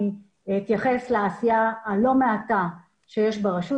אני אתייחס לעשייה הלא מעטה שיש ברשות